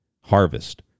Harvest